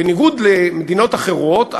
בניגוד למדינות אחרות,